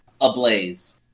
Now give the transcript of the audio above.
ablaze